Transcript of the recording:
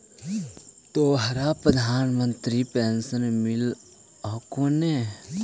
तोहरा प्रधानमंत्री पेन्शन मिल हको ने?